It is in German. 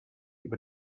über